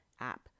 app